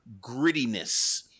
grittiness